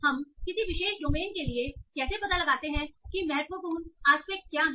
हम किसी विशेष डोमेन के लिए कैसे पता लगाते हैं कि महत्वपूर्ण एस्पेक्ट क्या हैं